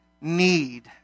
need